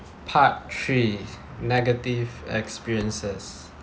part three negative experiences